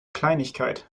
kleinigkeit